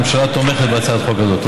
הממשלה תומכת בהצעת החוק הזאת.